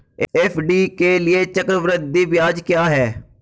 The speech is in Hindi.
एफ.डी के लिए चक्रवृद्धि ब्याज क्या है?